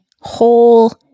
whole